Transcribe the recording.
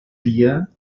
dia